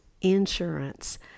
insurance